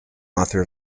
author